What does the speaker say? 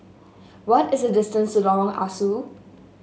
what is the distance to Lorong Ah Soo